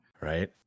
Right